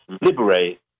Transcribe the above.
liberate